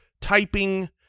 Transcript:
Typing